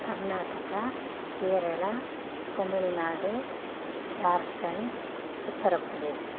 Karnataka Kerala Tamil Nadu Jharkhand Uttar Pradesh